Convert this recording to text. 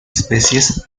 especies